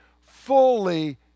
fully